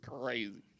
crazy